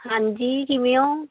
ਹਾਂਜੀ ਕਿਵੇਂ ਓਂ